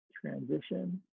transition